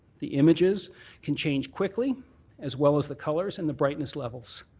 the images can change quickly as well as the colours and the brightness levels.